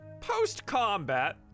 post-combat